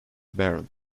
baron